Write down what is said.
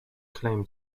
claim